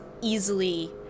easily